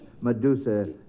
Medusa